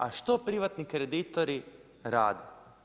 A što privatni kreditori rade?